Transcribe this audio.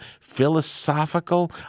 philosophical